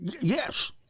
Yes